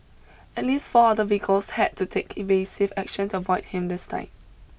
at least four other vehicles had to take evasive action to avoid him this time